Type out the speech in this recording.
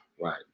Right